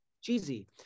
cheesy